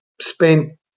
spent